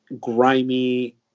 grimy